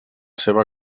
seva